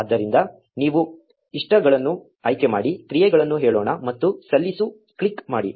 ಆದ್ದರಿಂದ ನೀವು ಇಷ್ಟಗಳನ್ನು ಆಯ್ಕೆಮಾಡಿ ಕ್ರಿಯೆಗಳನ್ನು ಹೇಳೋಣ ಮತ್ತು ಸಲ್ಲಿಸು ಕ್ಲಿಕ್ ಮಾಡಿ